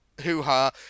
hoo-ha